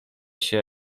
się